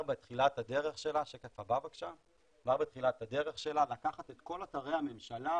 בתחילת הדרך שלה לקחת את כל אתרי הממשלה,